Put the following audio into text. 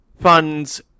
funds